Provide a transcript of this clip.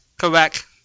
Correct